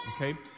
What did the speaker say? okay